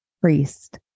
priest